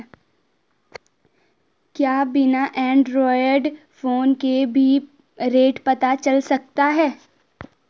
क्या बिना Android phone के भी रेट पता चल सकता है?